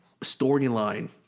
storyline